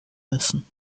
müssen